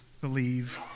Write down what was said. believe